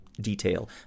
detail